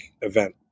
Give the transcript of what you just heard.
event